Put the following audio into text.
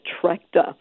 tractor